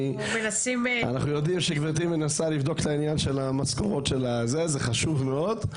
אנחנו יודעים שגברתי מנסה לבדוק את העניין של המשכורות וזה חשוב מאוד,